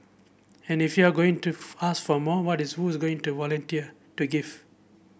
and if you are going to ask from more what is who is going to volunteer to give